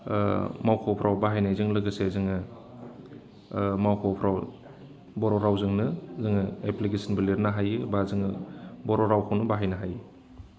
मावख'फ्राव बाहायनायजों लोगोसे जोङो मावख'फ्राव बर' रावजोंनो जोङो एफ्लिकेसोनबो लिरनो हायोब्ला जोङो बर' रावखौनो बाहायनो हायो